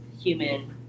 human